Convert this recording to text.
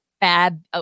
bad